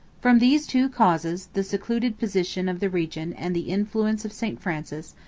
from these two causes, the secluded position of the region and the influence of saint francis,